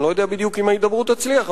אני לא יודע בדיוק אם ההידברות תצליח,